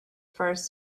first